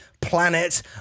planet